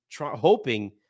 hoping